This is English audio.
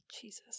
Jesus